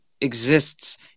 exists